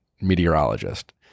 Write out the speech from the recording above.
meteorologist